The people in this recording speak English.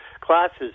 classes